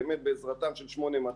באמת בעזרתם של 8200,